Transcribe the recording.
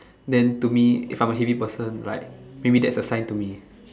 then to me if I'm a heavy person like maybe that's a sign to me